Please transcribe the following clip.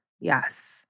Yes